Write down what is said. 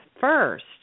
first